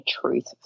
truth